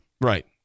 Right